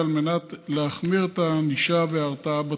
על מנת להחמיר את הענישה וההרתעה בתחום.